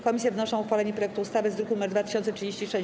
Komisje wnoszą o uchwalenie projektu ustawy z druku nr 2036.